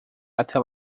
até